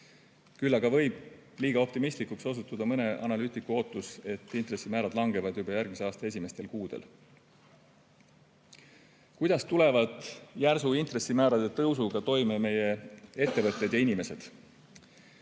Küll aga võib liiga optimistlikuks osutuda mõne analüütiku ootus, et intressimäärad langevad juba järgmise aasta esimestel kuudel. Kuidas tulevad järsu intressimäärade tõusuga toime meie ettevõtted ja inimesed?